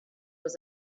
was